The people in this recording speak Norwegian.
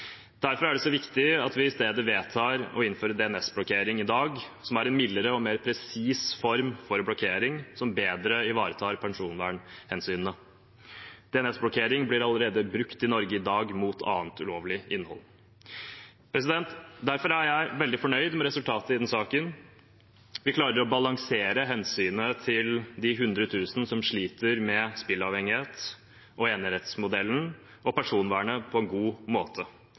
Derfor er det så viktig at vi i stedet i dag vedtar å innføre DNS-blokkering, som er en mildere og mer presis form for blokkering, som bedre ivaretar personvernhensynet. DNS-blokkering blir allerede i dag brukt i Norge mot annet ulovlig innhold. Derfor er jeg veldig fornøyd med resultatet i denne saken. Vi klarer å balansere hensynet til de hundre tusen som sliter med spilleavhengighet, enerettsmodellen og personvernet på en god måte.